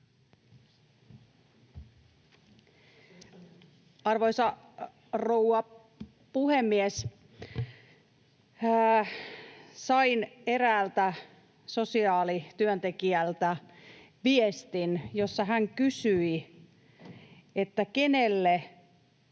Arvoisa rouva puhemies! Sain eräältä sosiaalityöntekijältä viestin, jossa hän kysyi, kenelle